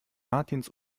martins